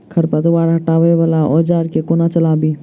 खरपतवार हटावय वला औजार केँ कोना चलाबी?